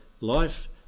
life